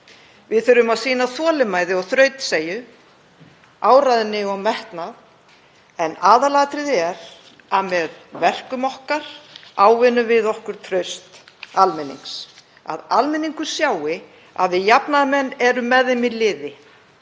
Við þurfum að sýna þolinmæði og þrautseigju, áræðni og metnað en aðalatriðið er að með verkum okkar ávinnum við okkur traust almennings. Að almenningur sjái og finni að við jafnaðarmenn erum með þeim í liði.